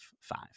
five